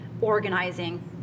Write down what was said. organizing